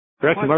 Correct